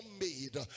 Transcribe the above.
made